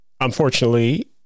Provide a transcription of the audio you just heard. Unfortunately